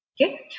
okay